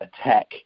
attack